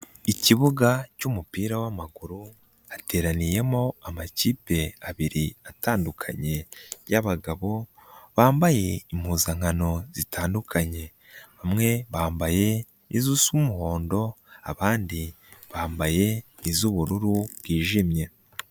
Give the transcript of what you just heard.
Ikibuga cy'umupira w'amaguru ateraniyemo amakipe abiri atandukanye yabagabo, bambaye impuzankano zitandukanye, bamwe bambaye izusa umuhondo, abandi bambaye iz'ubururu bwijimye.